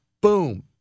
Boom